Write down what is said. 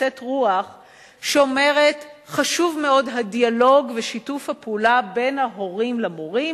יוצאת רוח שאומרת: חשוב מאוד הדיאלוג ושיתוף הפעולה בין ההורים למורים.